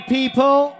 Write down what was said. people